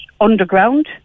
underground